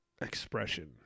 expression